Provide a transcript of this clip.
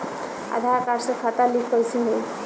आधार card से खाता link कईसे होई?